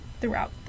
throughout